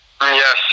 Yes